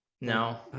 No